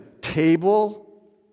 table